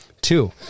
Two